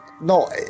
no